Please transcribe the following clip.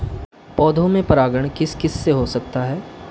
पौधों में परागण किस किससे हो सकता है?